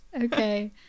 Okay